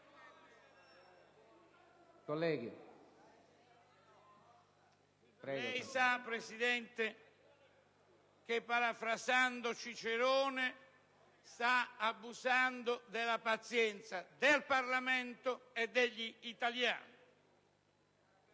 Lei, Presidente, parafrasando Cicerone, sta abusando della pazienza del Parlamento e degli italiani.